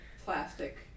plastic